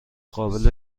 قابل